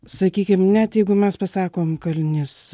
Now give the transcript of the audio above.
sakykim net jeigu mes pasakom kalinys